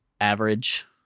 Average